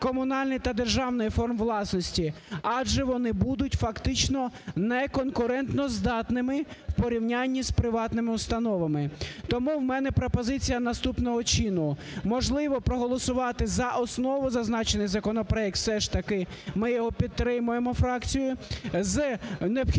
комунальної та державної форм власності, адже вони будуть фактично неконкурентоздатними в порівнянні із приватними установами. Тому в мене пропозиція наступного чину. Можливо, проголосувати за основу зазначений законопроект все ж таки, ми його підтримуємо фракцією,